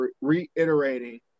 reiterating